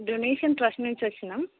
donation trust నుంచి వచ్చాను